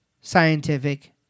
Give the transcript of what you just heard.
scientific